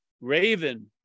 Raven